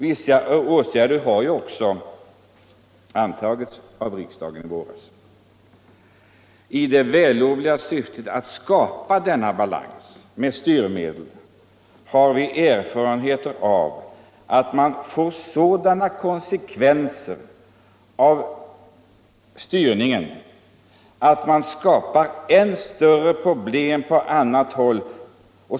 Vissa åtgärder har ju också beslutats av riksdagen i våras. Försöker man uppnå det vällovliga syftet att skapa balans genom styrmedel visar sig — det har vi erfarenheter av — ofta sådana konsekvenser av styrningen att det skapas än större problem på annat håll.